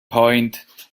point